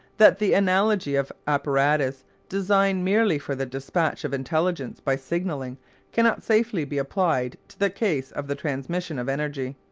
that the analogy of apparatus designed merely for the despatch of intelligence by signalling cannot safely be applied to the case of the transmission of energy.